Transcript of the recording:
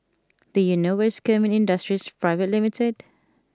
do you know where is Kemin Industries Private Limited